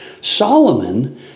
Solomon